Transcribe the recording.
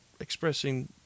expressing